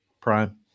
prime